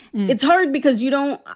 it's hard because you don't.